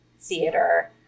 theater